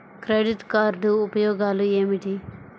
Credit card ఉపయోగాలు ఏమిటి?